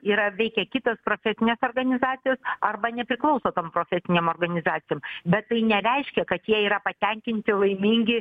yra veikia kitos profesinės organizacijos arba nepriklauso tom profesinėm organizacijom bet tai nereiškia kad jie yra patenkinti laimingi